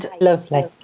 Lovely